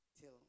till